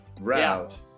route